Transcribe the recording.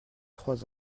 trois